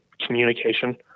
communication